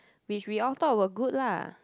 which we all thought were good lah